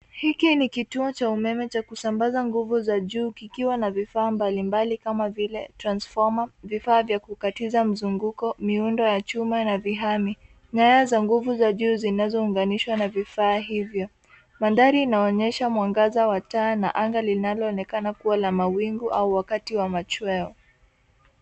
Hiki ni kituo cha umeme cha kusambaza nguvu za juu kikiwa na vifaa mbalimbali kama vile transfoma, vifaa vya kukatiza mzunguko, miundo ya chuma na vihami, nyaya za nguvu za juu zinazounganishwa na vifaa hivyo. Mandhari inaonyesha mwangaza wa taa na anga linaloonekana kuwa la mawingu au wakati wa machweo.